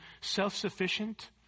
self-sufficient